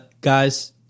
guys